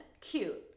cute